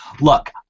look